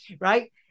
Right